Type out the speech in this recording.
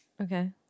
Okay